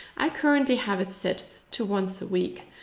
i currently have it set to once a week,